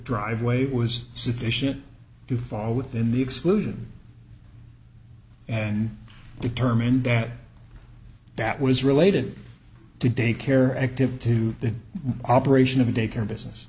driveway was sufficient to fall within the exclusion and determined that that was related to daycare active to the operation of a daycare business